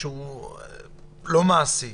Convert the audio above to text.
לא מעשי.